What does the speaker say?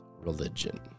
religion